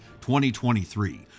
2023